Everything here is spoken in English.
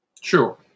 Sure